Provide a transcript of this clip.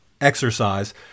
exercise